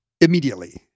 immediately